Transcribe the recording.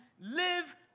live